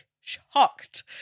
shocked